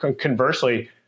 conversely